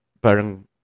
Parang